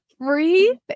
free